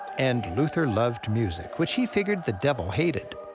and luther loved music, which he figured the devil hated.